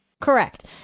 Correct